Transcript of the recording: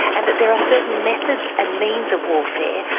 and that there are certain methods and means of warfare.